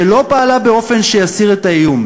שלא פעלה באופן שיסיר את האיום,